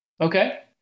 Okay